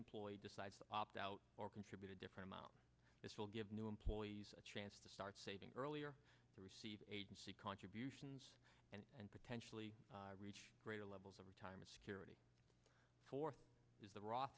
to opt out or contribute a different amount this will give new employees a chance to start saving earlier to receive agency contributions and and potentially reach greater levels of retirement security four is the ro